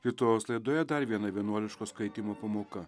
lietuvos laidoje dar viena vienuoliško skaitymo pamoka